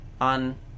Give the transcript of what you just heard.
on